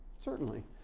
certainly.